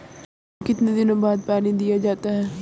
गेहूँ में कितने दिनों बाद पानी दिया जाता है?